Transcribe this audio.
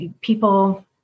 people